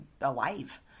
alive